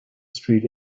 street